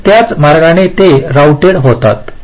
तर त्याच मार्गाने ते रौटेड होतात